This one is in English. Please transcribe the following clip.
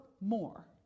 more